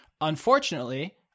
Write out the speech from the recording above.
Unfortunately